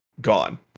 gone